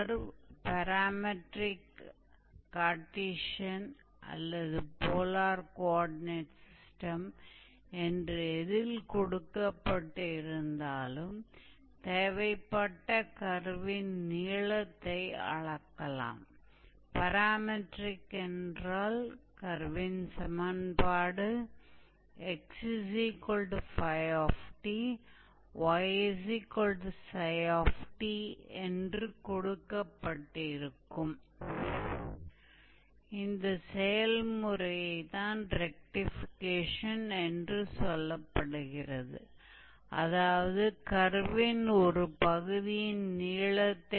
rectification का मूल रूप से मतलब है कि हम मूल रूप से ऐसा ज्ञात करेंगे हम प्लेन कर्व के आर्क की लंबाई ज्ञात करते हैं जिनके समीकरण कार्टेशियन पैरामीट्रिक कार्टेशियन जिसका अर्थ है 𝑥 𝜑 𝑡 𝑦 𝜓 𝑡 में दिए गए हैं तो पैरामीट्रिक कार्टेशियन या पोलर कॉओर्डिनेट सिस्टम ठीक है